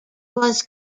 was